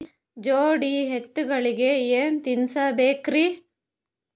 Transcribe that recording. ಜೋಡಿ ಎತ್ತಗಳಿಗಿ ಏನ ತಿನಸಬೇಕ್ರಿ?